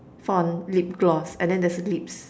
font lip gloss and then there's a lips